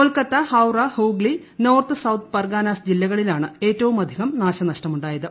Kolkata Howrah Hooghly north south Parganas ജില്ലകളിലാണ് ഏറ്റവുമധികം നാശനഷ്ടമുണ്ടായത്